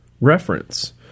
reference